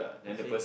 okay